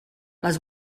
les